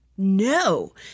No